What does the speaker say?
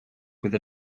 with